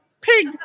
pig